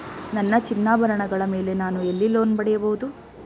ನನ್ನ ಚಿನ್ನಾಭರಣಗಳ ಮೇಲೆ ನಾನು ಎಲ್ಲಿ ಲೋನ್ ಪಡೆಯಬಹುದು?